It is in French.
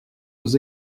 aux